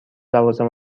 لوازم